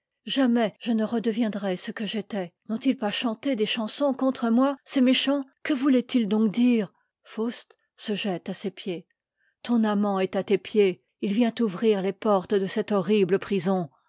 jamais je ne redeviendrai ce que j'étais n'ont ils pas chanté des chansons contre moi ces mc chants que voulaient-ils donc dire faust se jette à ses pieds ton amant est à tes pieds il vient ouvrir les portes de cette horrible prison